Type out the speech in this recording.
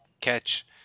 catch